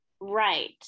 Right